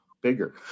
bigger